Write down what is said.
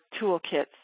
toolkits